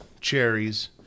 cherries